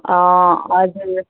हजुर